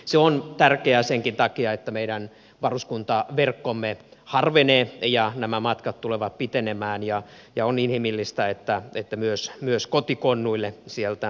sen on tärkeää senkin takia että meidän varuskuntaverkkomme harvenee ja nämä matkat tulevat pitenemään ja on inhimillistä että myös kotikonnuille sieltä varuskunnasta päästään